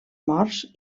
morts